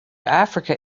africa